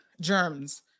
germs